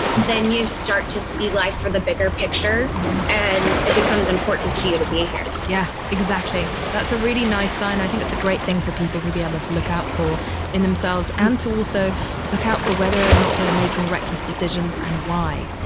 then you start to see life for the bigger picture and it becomes important to you to be here yeah, exactly. that's a really nice sign. i think it's a great thing for people to be able to look out for in themselves and to also look out for whether or not they are making reckless decisions and why.